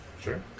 Sure